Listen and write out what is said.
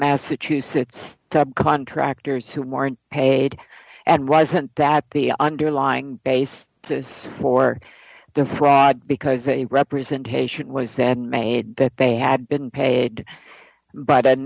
massachusetts top contractors who weren't paid and wasn't that the underlying basis for their pride because a representation was that made that they had been paid but